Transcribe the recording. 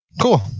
Cool